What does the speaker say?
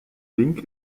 link